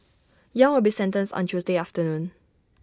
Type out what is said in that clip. yang will be sentenced on Tuesday afternoon